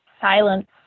Silence